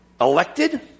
elected